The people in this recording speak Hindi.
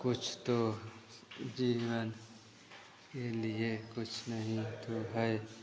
कुछ तो जीवन के लिए कुछ नहीं तो है